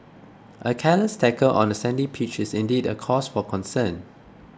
a careless tackle on a sandy pitch is indeed a cause for concern